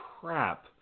crap